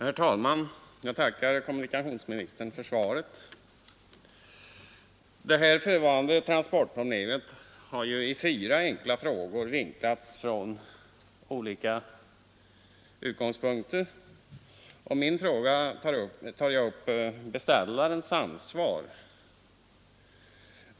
Herr talman! Jag tackar kommunikationsministern för svaret. Det här förevarande transportproblemet har i fyra enkla frågor vinklats från olika utgångspunkter. I min fråga tar jag upp beställarens ansvar.